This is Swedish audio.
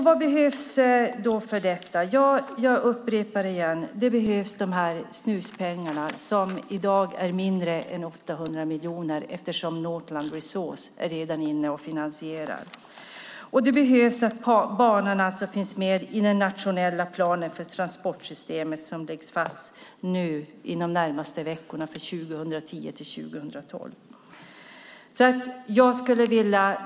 Vad behövs då för detta? Jag upprepar igen: Det som behövs är snuspengarna, som i dag är mindre än 800 miljoner, eftersom Northland Resources redan är inne och finansierar. Det behövs att banan finns med i den nationella plan för transportsystemet för 2010-2021 som läggs fast inom de närmaste veckorna.